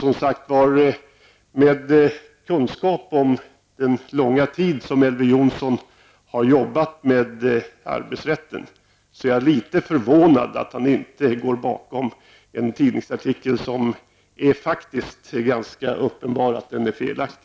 Med kunskap om den långa tid som Elver Jonsson har arbetat med arbetsrättsfrågor är jag litet förvånad över att han inte ser bakom en tidningsartikel, som faktiskt ganska uppenbarligen är felaktig.